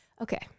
okay